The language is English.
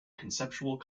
conceptual